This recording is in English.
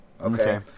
Okay